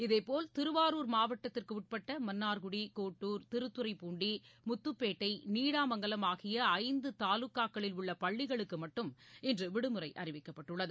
இதேபோல் திருவாரூர் மாவட்டத்திற்குட்பட்ட மன்னார்குடி கோட்டுர் திருத்துறைப்பூண்டி முத்துப்பேட்டை நீடாமங்கலம் ஆகிய ஐந்து தாலுக்காக்களில் உள்ள பள்ளிகளுக்கு மட்டும் இன்று விடுமுறை அறிவிக்கப்பட்டுள்ளது